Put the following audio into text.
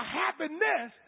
happiness